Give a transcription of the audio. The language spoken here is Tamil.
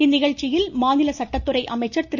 இந்நிகழ்ச்சியில் மாநில சட்டத்துறை அமைச்சர் திரு